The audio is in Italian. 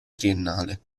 triennale